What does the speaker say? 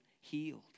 healed